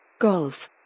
Golf